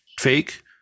fake